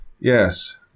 Yes